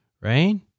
right